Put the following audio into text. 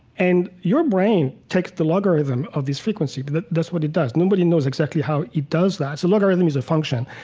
and your brain takes the logarithm of this frequency, but that's what it does. nobody knows exactly how it does that. so logarithm is a function.